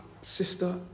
sister